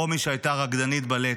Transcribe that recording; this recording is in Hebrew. רומי, שהייתה רקדנית בלט,